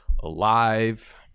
alive